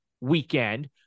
weekend